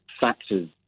factors